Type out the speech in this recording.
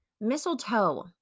Mistletoe